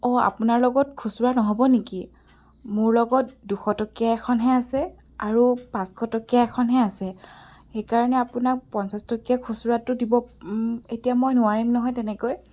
অ' আপোনাৰ লগত খুচুৰা নহ'ব নেকি মোৰ লগত দুশটকীয়া এখনহে আছে আৰু পাঁচশটকীয়া এখনহে আছে সেইকাৰণে আপোনাক পঞ্চাছটকীয়া খুচুৰাটো দিব এতিয়া মই নোৱাৰিম নহয় তেনেকৈ